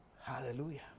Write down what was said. Hallelujah